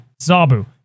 Zabu